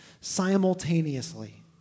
simultaneously